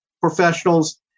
professionals